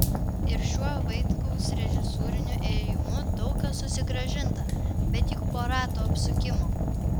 ir šiuo vaitkaus režisūriniu ėjimu daug kas susigrąžinta bet juk po rato apsukimo